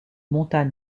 montagne